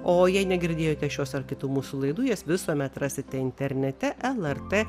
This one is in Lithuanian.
o jei negirdėjote šios ar kitų mūsų laidų jas visuomet rasite internete lrt